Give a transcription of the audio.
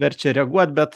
verčia reaguot bet